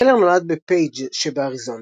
קלר נולד בפייג' שבאריזונה,